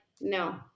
no